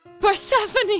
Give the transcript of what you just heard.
Persephone